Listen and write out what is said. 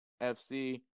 FC